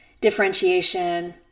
differentiation